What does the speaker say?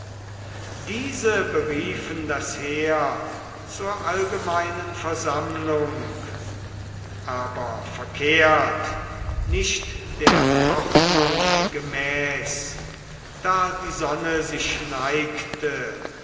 diese beriefen das heer zur allgemeinen versammlung aber verkehrt nicht der ordnung gemäß da die sonne sich neigte